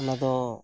ᱚᱱᱟᱫᱚ